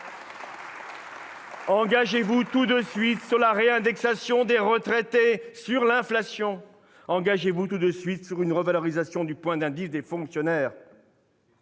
Engagez-vous tout de suite sur la réindexation des retraites sur l'inflation. Engagez-vous tout de suite sur une revalorisation du point d'indice des fonctionnaires